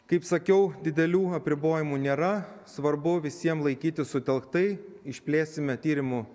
kaip sakiau didelių apribojimų nėra svarbu visiem laikytis sutelktai išplėsime tyrimų